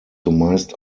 zumeist